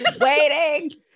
Waiting